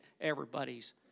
Everybody's